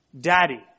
Daddy